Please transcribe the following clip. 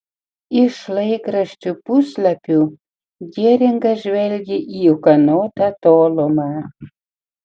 iš laikraščių puslapių geringas žvelgė į ūkanotą tolumą